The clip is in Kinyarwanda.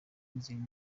n’izindi